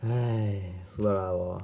!hais! 输了啦我